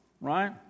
right